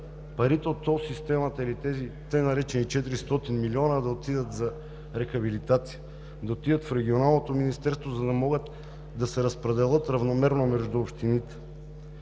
парите от тол системата или тези така наречени 400 млн. лв. да отидат за рехабилитация, да отидат в Регионалното министерство, за да могат да се разпределят равномерно между общините.